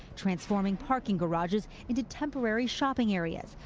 transforming parking garages into temporary shopping areas.